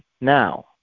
now